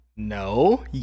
No